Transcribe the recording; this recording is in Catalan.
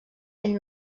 ell